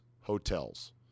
hotels